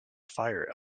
fire